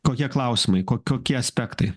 kokie klausimai kokie aspektai